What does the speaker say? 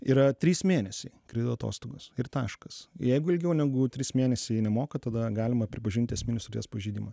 yra trys mėnesiai kredito atostogos ir taškas jeigu ilgiau negu trys mėnesiai nemoka tada galima pripažinti esminį pažeidimą